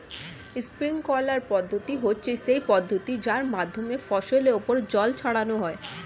sprinkler পদ্ধতি হচ্ছে সেই পদ্ধতি যার মাধ্যমে ফসলের ওপর জল ছড়ানো হয়